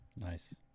Nice